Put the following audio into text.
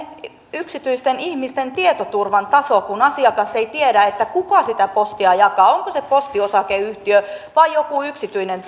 yksityisten ihmisten tietoturvan taso kun asiakas ei tiedä kuka sitä postia jakaa onko se posti oy vai joku yksityinen